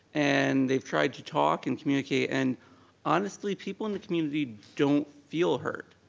and they've tried to talk and communicate, and honestly people in the community don't feel heard.